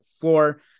floor